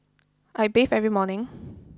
I bathe every morning